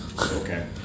Okay